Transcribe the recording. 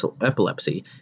epilepsy